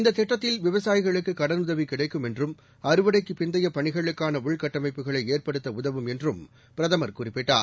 இந்ததிட்டத்தில்விவசாயிகளுக்குகடன்உதவிகிடைக்கும்என்றும்அறுவடைக்குப்பிந்தையபணிகளுக்கா னஉள்கட்டமைப்புகளைஏற்படுத்தவும்உதவும்என்றுபிரதமர்குறிப்பிட்டார்